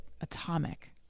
atomic